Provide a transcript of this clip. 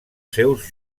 seus